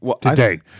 today